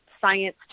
science